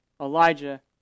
Elijah